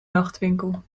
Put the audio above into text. nachtwinkel